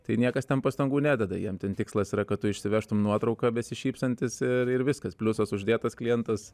tai niekas ten pastangų nededa jiems ten tikslas yra kad išsivežtum nuotrauką besišypsantis ir viskas pliusas uždėtas klientas